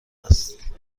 است